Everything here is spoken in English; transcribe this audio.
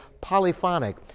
polyphonic